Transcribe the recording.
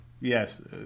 Yes